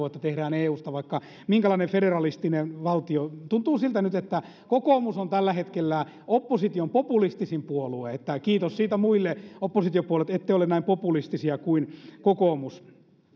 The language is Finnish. että tehdään eusta vaikka minkälainen federalistinen valtio tahansa tuntuu siltä nyt että kokoomus on tällä hetkellä opposition populistisin puolue kiitos siitä muille oppositiopuolueille että ette ole näin populistisia kuin kokoomus